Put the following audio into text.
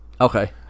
Okay